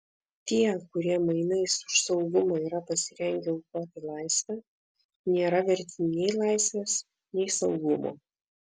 tie kurie mainais už saugumą yra pasirengę aukoti laisvę nėra verti nei laisvės nei saugumo